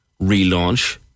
relaunch